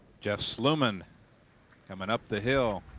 jeff sluman coming up the hill.